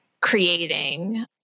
creating